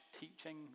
teaching